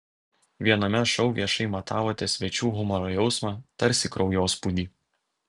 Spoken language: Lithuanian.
viename šou viešai matavote svečių humoro jausmą tarsi kraujospūdį